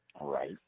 Right